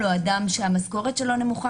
וכל השאר אני חייב לא במזומן.